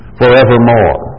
forevermore